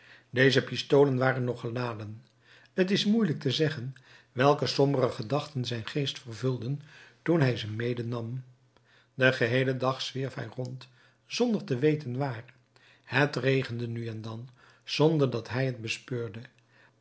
deze pistolen waren nog geladen t is moeilijk te zeggen welke sombere gedachten zijn geest vervulden toen hij ze medenam den geheelen dag zwierf hij rond zonder te weten waar het regende nu en dan zonder dat hij het bespeurde